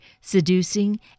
Seducing